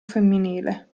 femminile